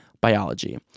biology